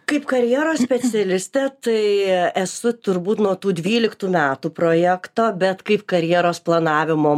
kaip karjeros specialistė tai esu turbūt nuo tų dvyliktų metų projekto bet kaip karjeros planavimo